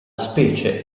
specie